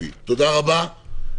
שלום לכולם.